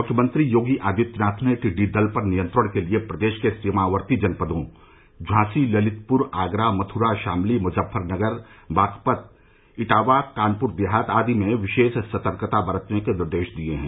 मुख्यमंत्री योगी आदित्यनाथ ने टिड्डी दल पर नियंत्रण के लिए प्रदेश के सीमावर्ती जनपदों झांसी ललितपुर आगरा मथुरा शामली मुजफ्फरनगर बागपत इटावा कानपुर देहात आदि में विशेष सतर्कता बरतने के निर्देश दिए हैं